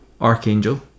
Archangel